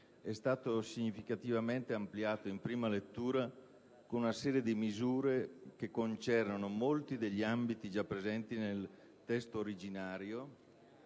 è stato significativamente ampliato in prima lettura con una serie di misure che concernono molti degli ambiti già presenti nel testo originario,